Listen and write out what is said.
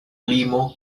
limo